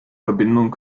verbindung